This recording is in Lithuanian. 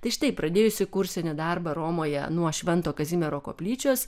tai štai pradėjusi kursinį darbą romoje nuo švento kazimiero koplyčios